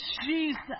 Jesus